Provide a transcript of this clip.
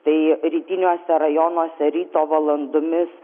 tai rytiniuose rajonuose ryto valandomis